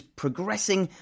progressing